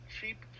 cheap